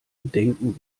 bedenken